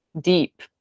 deep